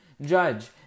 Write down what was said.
Judge